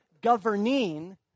governing